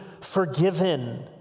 forgiven